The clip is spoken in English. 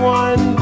one